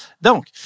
Donc